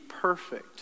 perfect